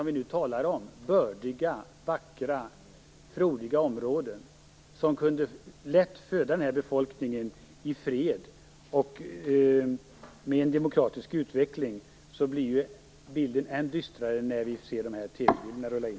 Vi talar om bördiga, vackra och frodiga områden, som lätt skulle kunna föda befolkningen i fredstid och med en demokratisk utveckling. När man tänker på detta blir det hela än dystrare när vi ser TV-bilderna rulla in.